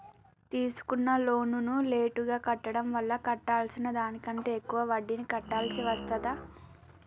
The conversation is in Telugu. తీసుకున్న లోనును లేటుగా కట్టడం వల్ల కట్టాల్సిన దానికంటే ఎక్కువ వడ్డీని కట్టాల్సి వస్తదా?